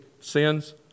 sins